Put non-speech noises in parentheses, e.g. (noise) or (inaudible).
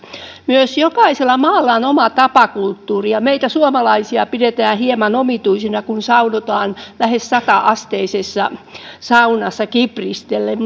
myös jokaisella maalla on oma tapakulttuuri ja meitä suomalaisia pidetään hieman omituisina kun saunotaan lähes sata asteisessa saunassa kipristellen (unintelligible)